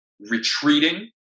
retreating